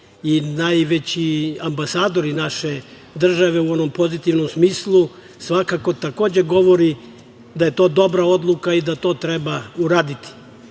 i najveći ambasadori naše države u onom pozitivnom smislu, svakako takođe govori da je to dobra odluka i da to treba